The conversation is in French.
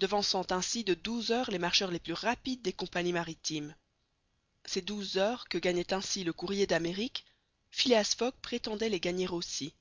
devançant ainsi de douze heures les marcheurs les plus rapides des compagnies maritimes ces douze heures que gagnait ainsi le courrier d'amérique phileas fogg prétendait les gagner aussi